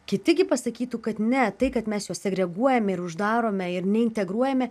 kiti gi pasakytų kad ne tai kad mes juos segreguojame ir uždarome ir neintegruojame